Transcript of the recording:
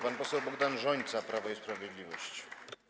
Pan poseł Bogdan Rzońca, Prawo i Sprawiedliwość.